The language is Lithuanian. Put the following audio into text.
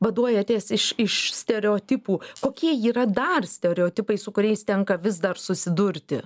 vaduojatės iš iš stereotipų kokie yra dar stereotipai su kuriais tenka vis dar susidurti